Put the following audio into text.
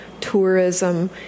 tourism